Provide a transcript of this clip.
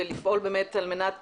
ולפעול באמת על מנת